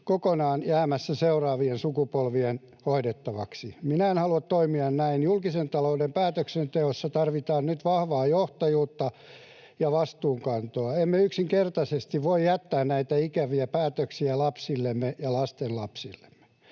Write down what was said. kokonaan jäämässä seuraavien sukupolvien hoidettavaksi. Minä en halua toimia näin. Julkisen talouden päätöksenteossa tarvitaan nyt vahvaa johtajuutta ja vastuunkantoa. Emme yksinkertaisesti voi jättää näitä ikäviä päätöksiä lapsillemme ja lastenlapsillemme.